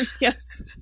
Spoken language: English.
Yes